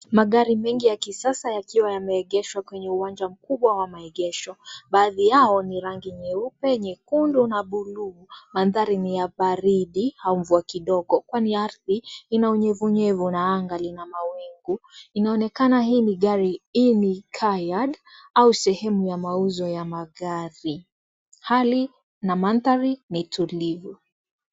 Magari mengi ya kisasa yakiwa yameegeshwa kwenye uwanja mkubwa wa maegesho, baadhi yao ni rangi nyeupe, nyekundu na buluu, mandhari ni ya baridi au mvua kidogo kwani ardhi ina unyevunyevu na anga lina mawingu, inaonekana hii ni gari, hii ni car yard au sehemu ya mauzo ya magari, hali na mandhari ni tulivu.